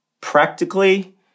Practically